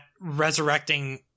resurrecting